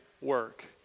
work